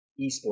esports